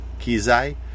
Kizai